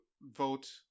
vote